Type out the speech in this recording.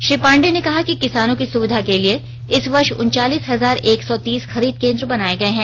श्री पांडे ने कहा कि किसानों की सुविधा के लिए इस वर्ष उनचालीस हजार एक सौ तीस खरीद केंद्र बनाए गए हैं